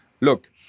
look